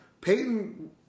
Peyton